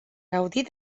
gaudir